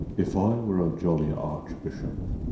if i were a jolly archbishop,